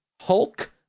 Hulk